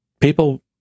people